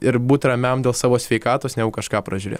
ir būt ramiam dėl savo sveikatos ne kažką pražiūrėt